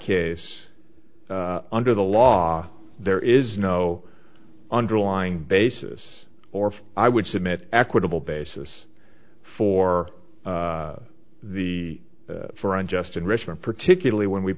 case under the law there is no underlying basis or i would submit equitable basis for the for unjust enrichment particularly when we